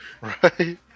right